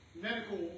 medical